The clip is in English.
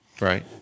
right